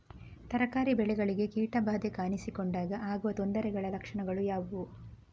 ತರಕಾರಿ ಬೆಳೆಗಳಿಗೆ ಕೀಟ ಬಾಧೆ ಕಾಣಿಸಿಕೊಂಡಾಗ ಆಗುವ ತೊಂದರೆಗಳ ಲಕ್ಷಣಗಳು ಯಾವುವು?